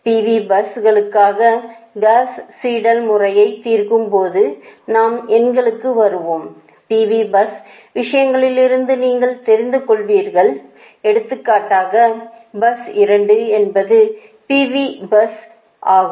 PV bus களுக்காக Gauss Seidel முறையை தீர்க்கும்போது நாம் எண்களுக்கு வருவோம் PV பஸ் விஷயங்களிலிருந்து நீங்கள் தெரிந்து கொள்வீர்கள் எடுத்துக்காட்டாக பஸ் 2 என்பது PV பஸ் ஆகும்